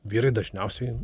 vyrai dažniausiai